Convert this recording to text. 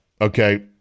okay